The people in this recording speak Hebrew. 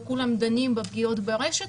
וכולם דנים בפגיעות ברשת,